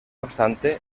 obstante